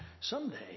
someday